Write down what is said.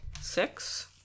Six